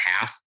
half